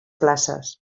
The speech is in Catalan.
places